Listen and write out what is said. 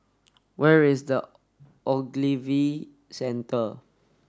where is the Ogilvy Centre